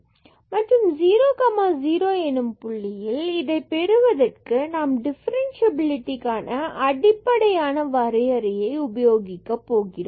fxxy x2y3y5x2y22xy≠00 0xy00 மற்றும் 00 எனும் புள்ளியில் இதைப் பெறுவதற்கு நாம் டிஃபரன்ஸ்சியபிலிடிக்கான அடிப்படையான வரையறையை உபயோகிக்க போகிறோம்